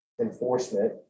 enforcement